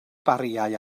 bariau